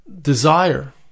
desire